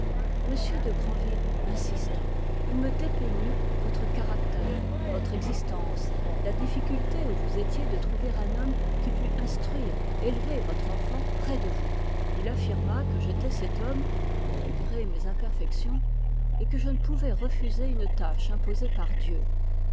de grandville insista il me dépeignit votre caractère votre existence la difficulté où vous étiez de trouver un homme qui pût instruire votre enfant près de vous il affirma que j'étais cet homme malgré mes imperfections et que je ne pouvais refuser une tâche imposée par dieu